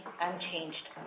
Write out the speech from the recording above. unchanged